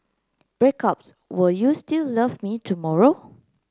breakups will you still love me tomorrow